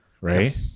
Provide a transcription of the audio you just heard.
right